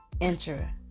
enter